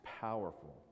powerful